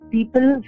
People